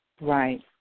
Right